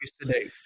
today